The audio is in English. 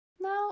Now